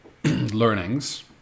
learnings